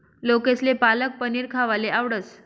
लोकेसले पालक पनीर खावाले आवडस